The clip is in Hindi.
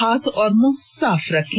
हाथ और मुंह साफ रखें